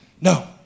No